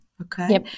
Okay